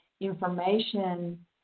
information